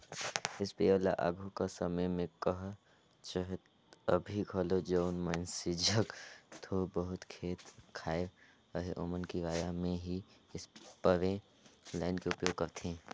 sprayer ल आघु कर समे में कह चहे अभीं घलो जउन मइनसे जग थोर बहुत खेत खाएर अहे ओमन किराया में ही इस्परे लाएन के उपयोग करथे